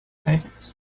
paintings